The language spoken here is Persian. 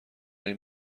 این